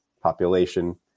population